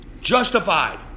Justified